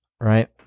right